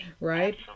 Right